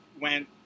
went